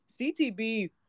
CTB